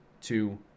two